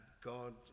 God